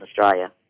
Australia